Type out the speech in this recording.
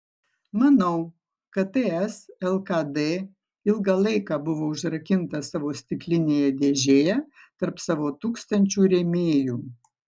manau kad ts lkd ilgą laiką buvo užrakinta savo stiklinėje dėžėje tarp savo tūkstančių rėmėjų